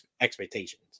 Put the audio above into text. expectations